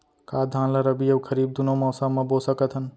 का धान ला रबि अऊ खरीफ दूनो मौसम मा बो सकत हन?